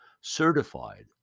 certified